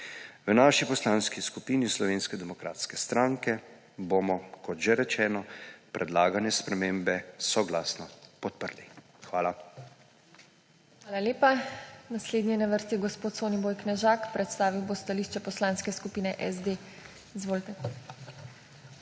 V naši Poslanski skupini Slovenske demokratske stranke bomo, kot že rečeno, predlagane spremembe soglasno podprli. Hvala. PODPREDSEDNICA TINA HEFERLE: Hvala lepa. Naslednji je na vrsti gospod Soniboj Knežak. Predstavil bo stališče Poslanske skupine SD. Izvolite.